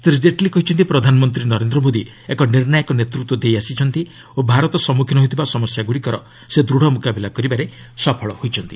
ଶ୍ରୀ ଜେଟ୍ଲୀ କହିଛନ୍ତି ପ୍ରଧାନମନ୍ତ୍ରୀ ନରେନ୍ଦ୍ର ମୋଦି ଏକ ନିର୍ଣ୍ଣାୟକ ନେତୃତ୍ୱ ଦେଇଆସିଛନ୍ତି ଓ ଭାରତ ସମ୍ମୁଖୀନ ହେଉଥିବା ସମସ୍ୟାଗୁଡ଼ିକର ସେ ଦୃଢ଼ ମୁକାବିଲା କରିବାରେ ସଫଳ ହୋଇଛନ୍ତି